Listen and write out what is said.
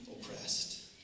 oppressed